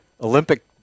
Olympic